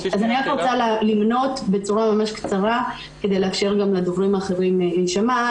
אני רק רוצה למנות בצורה ממש קצרה כדי לאפשר גם לדוברים האחרים להישמע,